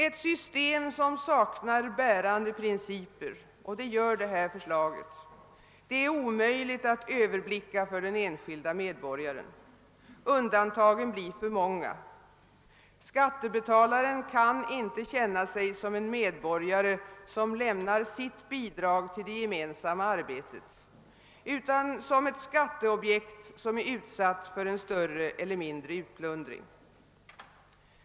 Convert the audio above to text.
Ett system som saknar bärande principer — och det gör detta förslag — är omöjligt att överblicka för den enskilde medborgaren. Undantagen blir för många. Skattebetalaren kan inte känna sig som en medborgare som lämnar sitt bidrag till det gemensamma arbetet, utan uppfattar sig som ett skatteobjekt som är utsatt för en större eller mindre utplundring.